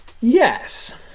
Yes